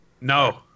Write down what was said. No